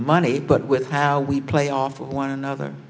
money but with how we play off of one another